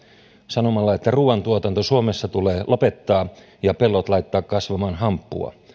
sanomalla että ruoantuotanto suomessa tulee lopettaa ja pellot laittaa kasvamaan hamppua